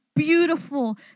beautiful